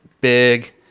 big